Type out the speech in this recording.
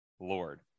Lord